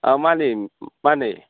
ꯑꯥ ꯃꯥꯟꯅꯦ ꯃꯥꯟꯅꯦ